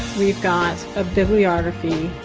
we've got a bibliography